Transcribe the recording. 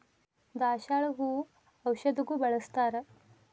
ದಾಸಾಳ ಹೂ ಔಷಧಗು ಬಳ್ಸತಾರ